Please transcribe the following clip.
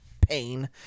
...pain